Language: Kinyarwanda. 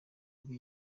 iba